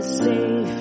safe